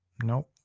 no.